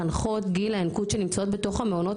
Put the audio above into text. מחנכות גיל הינקות שנמצאות בתוך המעונות